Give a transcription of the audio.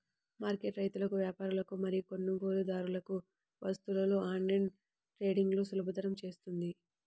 market రైతులకు, వ్యాపారులకు మరియు కొనుగోలుదారులకు వస్తువులలో ఆన్లైన్ ట్రేడింగ్ను సులభతరం చేస్తుంది